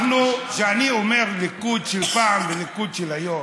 כשאני אומר: ליכוד של פעם וליכוד של היום,